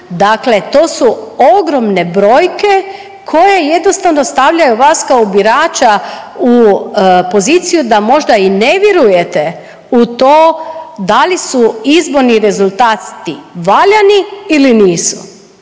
dakle to su ogromne brojke koje jednostavno stavljaju vas kao birača u poziciju da možda i ne vjerujete u to da li su izborni rezultati valjani ili nisu.